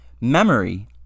Memory